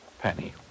Penny